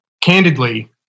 candidly